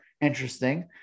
interesting